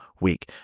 week